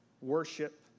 worship